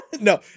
no